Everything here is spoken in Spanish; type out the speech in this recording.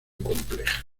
compleja